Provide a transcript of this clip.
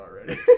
already